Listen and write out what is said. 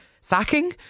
sacking